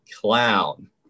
Clown